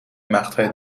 مقطع